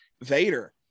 Vader